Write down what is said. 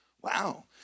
Wow